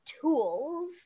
Tools